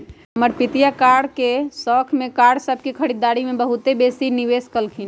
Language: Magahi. हमर पितिया कार के शौख में कार सभ के खरीदारी में बहुते बेशी निवेश कलखिंन्ह